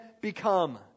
become